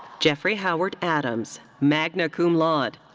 jeffrey howard adams, magna cum laude.